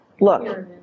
Look